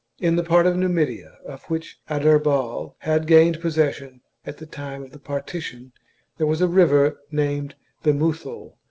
in the part of numidia of which adherbal had gained possession at the time of the partition there was a river named the muthul,